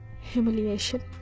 humiliation